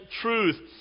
truth